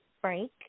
frank